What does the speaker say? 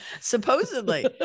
supposedly